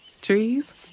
Trees